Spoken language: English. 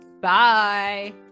Bye